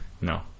No